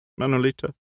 Manolita